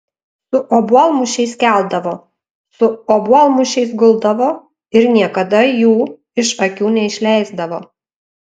su obuolmušiais keldavo su obuolmušiais guldavo ir niekada jų iš akių neišleisdavo